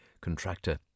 contractor